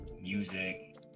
music